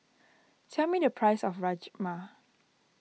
tell me the price of Rajma